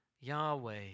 Yahweh